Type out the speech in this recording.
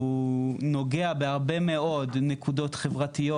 הוא נוגע בהרבה מאוד נקודות חברתיות